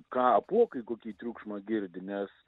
ką apuokai kokį triukšmą girdi nes